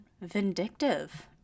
vindictive